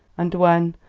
and when,